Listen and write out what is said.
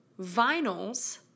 vinyls